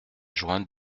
juin